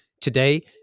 Today